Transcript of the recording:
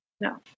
No